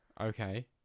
okay